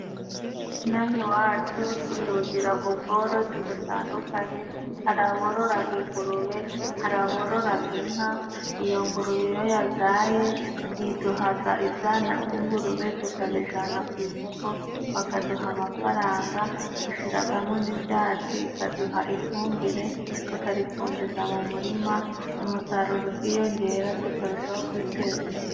Inaha iwacu tugiraga ubworozi butandukanye hari abororaraga ingurube , hari abororaga inka , iyo ngurube iyo yabyaye iduhaga ibyana by'ingurube tukabijana ku isoko bakaduha amafaranga dushiragamo n'ibyatsi ikaduha ifumbire tukarifumbiza mu murima umusaruro ukiyongera tukarushaho kwiteza imbere.